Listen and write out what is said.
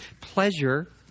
pleasure